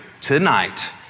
tonight